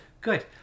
good